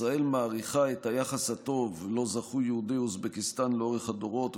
ישראל מעריכה את היחס הטוב שזכו לו יהודי אוזבקיסטן לאורך הדורות,